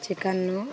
chicken